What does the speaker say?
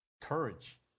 Courage